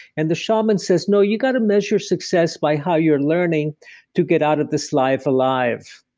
and the shaman says, no, you got to measure success by how you're learning to get out of this life alive,